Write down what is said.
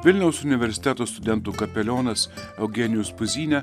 vilniaus universiteto studentų kapelionas eugenijus puzynė